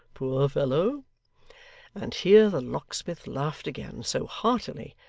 poor fellow and here the locksmith laughed again so heartily,